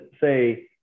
say